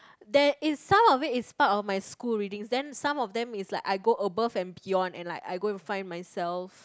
there is some of it is part of my school readings then some of them is like I go above and beyond and like I go and find myself